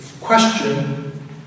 question